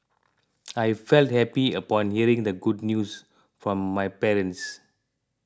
I felt happy upon hearing the good news from my parents